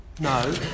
No